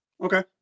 Okay